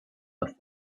left